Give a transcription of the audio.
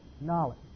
knowledge